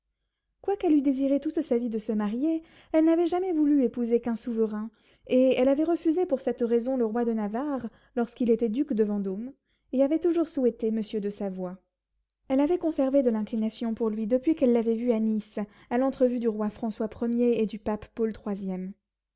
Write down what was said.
quoiqu'elle eût désiré toute sa vie de se marier elle n'avait jamais voulu épouser qu'un souverain et elle avait refusé pour cette raison le roi de navarre lorsqu'il était duc de vendôme et avait toujours souhaité monsieur de savoie elle avait conservé de l'inclination pour lui depuis qu'elle l'avait vu à nice à l'entrevue du roi françois premier et du pape paul troisième